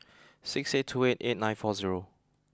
six eight two eight eight nine four zero